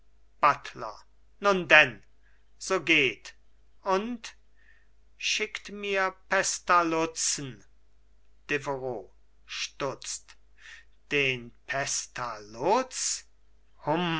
buttler nun denn so geht und schickt mir pestalutzen deveroux stutzt den pestalutz